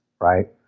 right